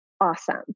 awesome